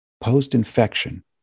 post-infection